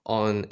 on